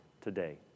today